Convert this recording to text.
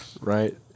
right